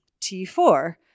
T4